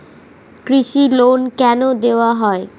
কৃষি লোন কেন দেওয়া হয়?